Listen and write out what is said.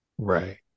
right